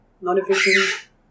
non-efficient